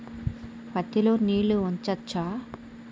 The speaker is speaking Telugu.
పత్తి లో నీళ్లు ఉంచచ్చా?